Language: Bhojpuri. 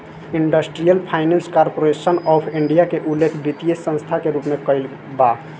industrial finance corporation of India के उल्लेख वित्तीय संस्था के रूप में कईल बा